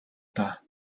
даа